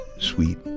sweet